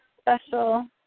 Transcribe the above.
special